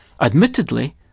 Admittedly